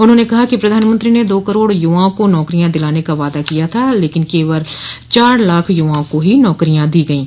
उन्होंने कहा कि प्रधानमंत्री ने दो करोड़ युवाओं को नौकरियां दिलाने का वादा किया था लेकिन केवल चार लाख यूवाओं को ही नौकरियां दी गईं